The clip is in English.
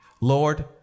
Lord